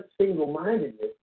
single-mindedness